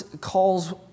calls